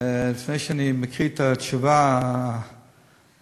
לפני שאני מקריא את התשובה הפורמלית,